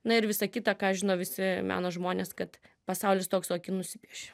na ir visa kita ką žino visi meno žmonės kad pasaulis toks kokį nusipieši